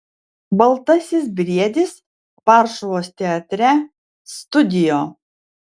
baltasis briedis varšuvos teatre studio